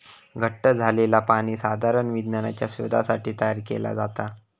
घट्ट झालंला पाणी साधारण विज्ञानाच्या शोधासाठी तयार केला जाता